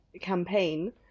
campaign